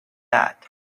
that